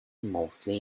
mostly